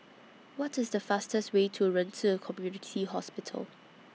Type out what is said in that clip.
What IS The fastest Way to Ren Ci Community Hospital